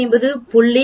250